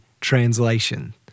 Translation